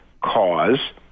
cause